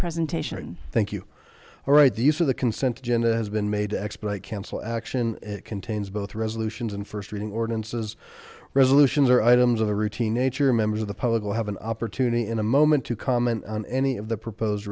presentation thank you all right these are the consent agenda has been made to expedite council action it contains both resolutions and first reading ordinances resolutions or items of the routine nature members of the public will have an opportunity in a moment to comment on any of the proposed